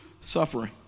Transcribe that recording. suffering